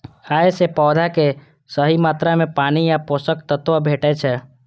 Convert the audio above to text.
अय सं पौधा कें सही मात्रा मे पानि आ पोषक तत्व भेटै छै